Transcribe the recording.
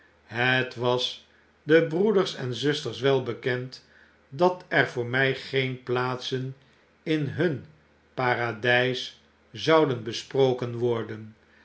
het was den broeders en zusters wel bekend dat er voor my geen plaatsen in htm paradys zouden besproken worden